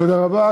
תודה רבה.